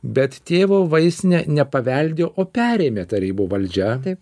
bet tėvo vaistinę nepaveldėjo o perėmė tarybų valdžia taip